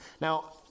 Now